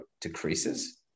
decreases